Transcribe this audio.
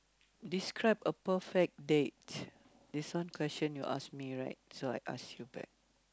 describe a perfect date this one question you ask me right so I ask you back